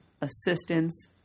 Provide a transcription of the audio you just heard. assistance